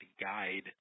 guide